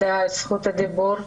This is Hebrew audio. הדיבור.